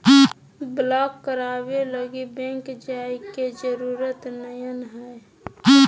block कराबे लगी bank जाय के जरूरत नयय हइ